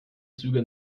züge